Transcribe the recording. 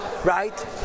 Right